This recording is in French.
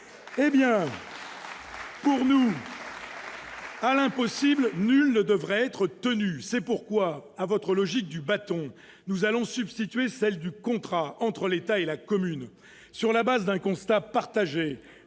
Eh bien, pour nous, à l'impossible nul ne devrait être tenu ; c'est pourquoi, à votre logique du bâton, nous allons substituer celle du contrat entre l'État et la commune. Sur la base d'un constat partagé,